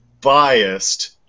biased